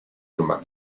nummer